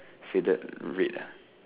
faded red ah